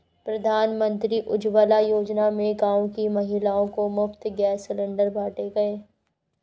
प्रधानमंत्री उज्जवला योजना में गांव की महिलाओं को मुफ्त गैस सिलेंडर बांटे गए